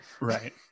Right